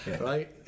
right